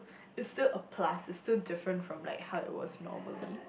it's still a plus it's still different from like how it was normally